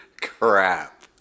crap